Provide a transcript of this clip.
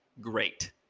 great